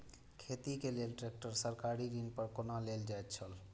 खेती के लेल ट्रेक्टर सरकारी ऋण पर कोना लेल जायत छल?